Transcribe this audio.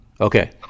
Okay